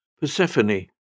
Persephone